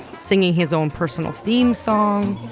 singing his own personal theme song.